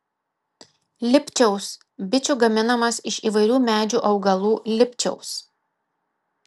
lipčiaus bičių gaminamas iš įvairių medžių augalų lipčiaus